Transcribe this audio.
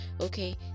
okay